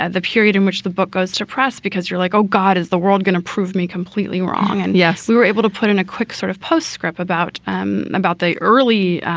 and the period in which the book goes to press, because you're like, oh, god, is the world going to prove me completely wrong? and yes, we were able to put in a quick sort of postscript about um about the early